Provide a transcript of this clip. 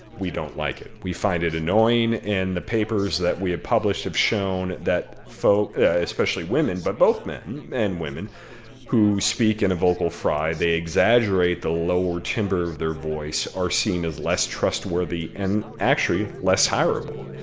we don't like it. we find it annoying. and the papers that we have published have shown that folks especially women, but both men and women who speak in a vocal fry, they exaggerate the lower timbre of their voice, are seen as less trustworthy and actually less hirable